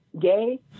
gay